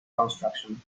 construction